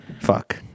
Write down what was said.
Fuck